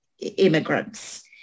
immigrants